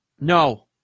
No